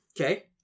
Okay